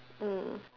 mm